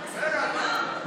מתנגדת?